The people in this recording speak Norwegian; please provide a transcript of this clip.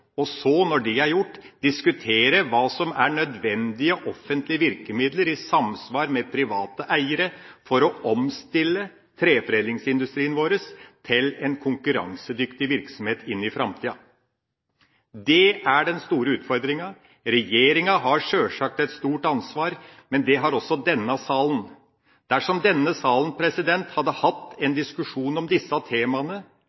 og så når det er gjort, diskutere hva som er nødvendige offentlige virkemidler, i samarbeid med private eiere, for å omstille treforedlingsindustrien vår til en konkurransedyktig virksomhet i framtida. Det er den store utfordringa. Regjeringa har sjølsagt et stort ansvar, men det har også denne salen. Dersom denne salen hadde hatt